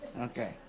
Okay